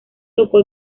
tocó